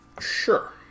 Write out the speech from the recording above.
Sure